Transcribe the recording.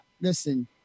listen